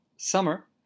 summer